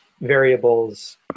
variables